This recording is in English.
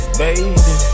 baby